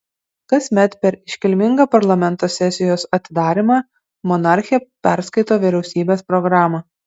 kasmet per iškilmingą parlamento sesijos atidarymą monarchė perskaito vyriausybės programą